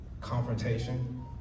confrontation